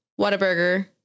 whataburger